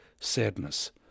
sadness